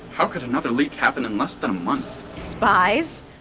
how could another leak happen in less than a month? spies.